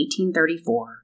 1834